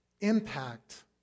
impact